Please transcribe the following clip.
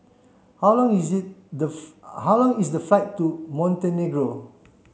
how long is the how long is the flight to Montenegro